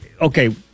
Okay